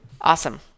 Awesome